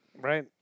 Right